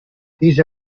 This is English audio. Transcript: these